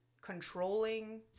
controlling